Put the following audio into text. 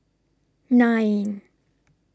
nine